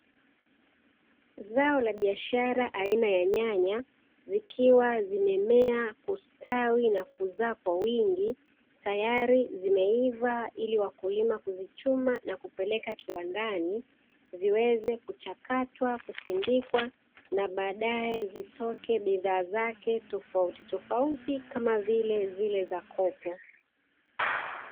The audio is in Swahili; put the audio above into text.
Zao la biashara aina ya nyanya, zikiwa zimemea, kustawi na kuzaa kwa wingi, tayari zimeiva ili wakulima kuzichuma na kupeleka kiwandani ziweze kuchakatwa, kusindikwa na baadae zitoke bidhaa zake tofautitofauti, kama vile zile za kopo.